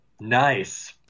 nice